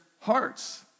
hearts